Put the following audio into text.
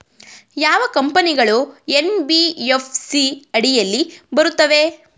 ಯಾವ ಕಂಪನಿಗಳು ಎನ್.ಬಿ.ಎಫ್.ಸಿ ಅಡಿಯಲ್ಲಿ ಬರುತ್ತವೆ?